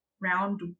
round